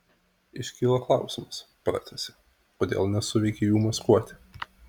iškyla klausimas pratęsė kodėl nesuveikė jų maskuotė